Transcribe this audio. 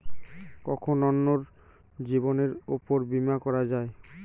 কখন অন্যের জীবনের উপর বীমা করা যায়?